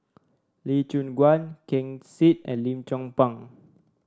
Lee Choon Guan Ken Seet and Lim Chong Pang